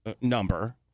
number